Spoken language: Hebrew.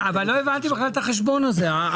לא הבנתי בכלל את החשבון הזה.